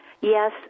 yes